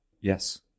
Yes